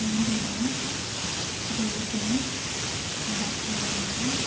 Amsterdam Beijing Barcelona